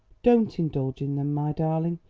don't indulge in them, my darling.